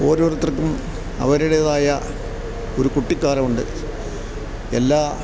ഓരോരുത്തർക്കും അവരുടേതായ ഒരു കുട്ടിക്കാലമുണ്ട് എല്ലാ